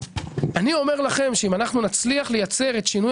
אני אומר לכם שאם אנחנו נצליח לייצר את שינוי